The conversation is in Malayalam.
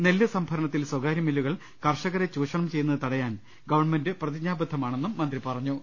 നെല്ല് സംഭരണത്തിൽ സ്വകാര്യ മില്ലുകൾ കർഷകരെ ചൂഷണം ചെയ്യുന്നത് തടയാൻ ഗവൺമെന്റ് പ്രതിജ്ഞാബദ്ധമാണെന്നും മന്ത്രി പറഞ്ഞു